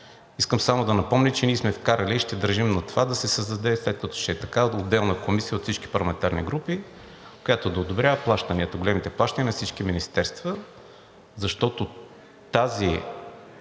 искам само да напомня, че ние сме вкарали и ще държим на това да се създаде, след като ще е така, отделна комисия от всички парламентарни групи, която да одобрява плащанията, големите плащания на всички министерства, защото тази